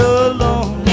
alone